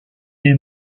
est